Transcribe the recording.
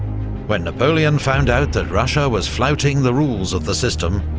when napoleon found out that russia was flouting the rules of the system,